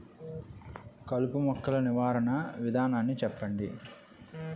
కలుపు మొక్కలు నివారణ విధానాన్ని చెప్పండి?